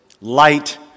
light